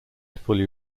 fully